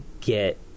get